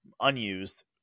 unused